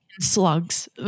slugs